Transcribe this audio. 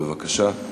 בבקשה,